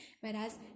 Whereas